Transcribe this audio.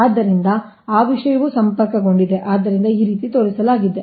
ಆದ್ದರಿಂದ ಆ ವಿಷಯವೂ ಸಂಪರ್ಕಗೊಂಡಿದೆ ಆದ್ದರಿಂದ ಈ ರೀತಿ ತೋರಿಸಲಾಗಿದೆ